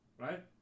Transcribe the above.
right